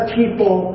people